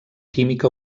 química